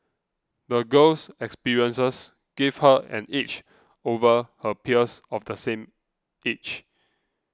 the girl's experiences gave her an edge over her peers of the same age